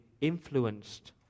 influenced